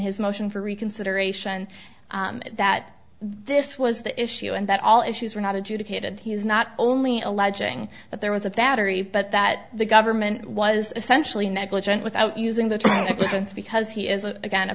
his motion for reconsideration that this was the issue and that all issues were not adjudicated he was not only alleging that there was a battery but that the government was essentially negligent without using the time since because he is a again a